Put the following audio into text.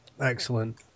Excellent